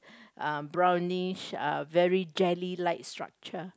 uh brownish uh very jelly like structure